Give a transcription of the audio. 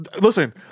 Listen